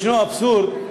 יש אבסורד,